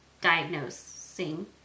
diagnosing